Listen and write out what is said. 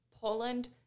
Poland